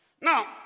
Now